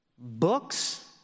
Books